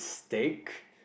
steak